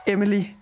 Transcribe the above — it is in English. Emily